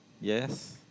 Yes